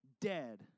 dead